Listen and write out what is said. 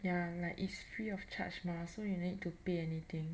ya like is free of charge mah so you no need to pay anything